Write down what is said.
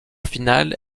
finale